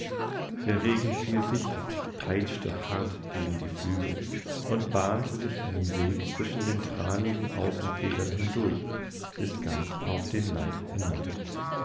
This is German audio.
wosiegebliebenwar derregen fiel dichter peitschte hart gegen die flügel und bahnte sich einen weg zwischen den tranigen außenfedern hindurch bis ganz auf den leib hinein